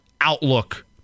outlook